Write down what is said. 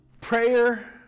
Prayer